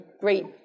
great